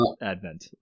advent